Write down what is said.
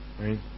Right